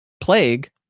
plague